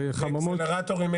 זה חממות --- ואקסלרטורים,